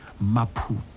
Mapu